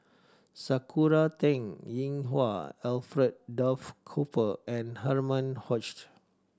Sakura Teng Ying Hua Alfred Duff Cooper and Herman Hochstadt